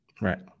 right